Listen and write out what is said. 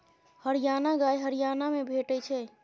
हरियाणा गाय हरियाणा मे भेटै छै